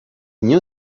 new